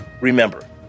Remember